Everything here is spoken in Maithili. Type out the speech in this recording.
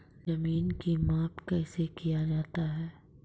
जमीन की माप कैसे किया जाता हैं?